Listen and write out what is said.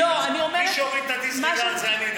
מי שהוריד את ה-disregard זה אני,